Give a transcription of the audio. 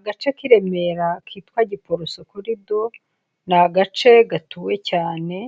Agace k'i Remera kitwa Giporoso kuridoru, ni agace gatuwe cyane